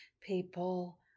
people